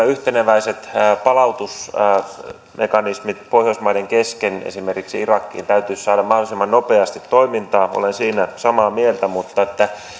yhteneväiset palautusmekanismit pohjoismaiden kesken esimerkiksi irakiin palauttamisessa täytyisi saada mahdollisimman nopeasti toimintaan olen siinä samaa mieltä mutta